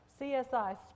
CSI